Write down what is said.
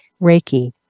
Reiki